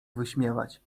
wyśmiewać